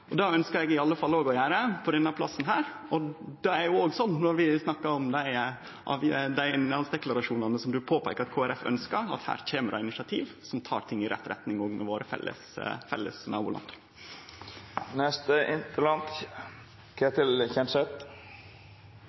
Det ønskjer i alle fall òg eg å gjere frå denne plassen. Og det er jo òg sånn, når vi snakkar om dei innhaldsdeklarasjonane som representanten peikar på at Kristeleg Folkeparti ønskjer, at her kjem det initiativ som tek ting i rett retning, òg med våre felles